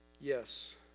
Yes